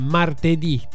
martedì